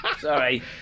Sorry